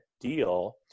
deal